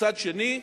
מצד שני,